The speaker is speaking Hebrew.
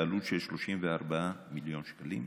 בעלות של 34 מיליון שקלים.